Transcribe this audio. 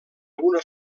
una